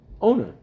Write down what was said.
owner